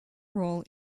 role